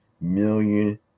million